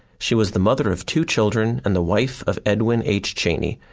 she was the mother of two children and the wife of edwin h. cheney,